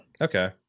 Okay